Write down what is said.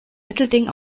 mittelding